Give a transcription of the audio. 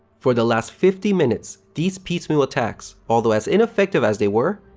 for the last fifty minutes, these piecemeal attacks, although as ineffective as they were,